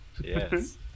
Yes